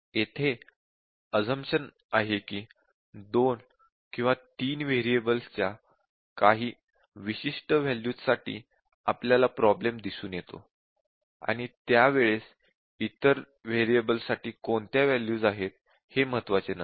येथे अझम्पशन आहे कि 2 किंवा 3 व्हेरिएबल्स च्या काही विशिष्ट वॅल्यूज साठी आपल्याला प्रॉब्लेम दिसून येतो आणि त्यावेळेस इतर व्हेरिएबल्ससाठी कोणत्या वॅल्यूज आहेत हे महत्त्वाचे नसते